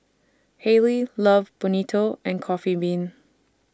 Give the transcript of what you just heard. Haylee Love Bonito and Coffee Bean